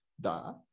Da